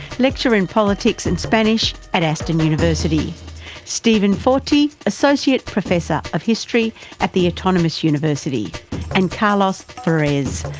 lecturer in politics and spanish at aston university steven forti, associate professor of history at the autonomous university and carlos flores,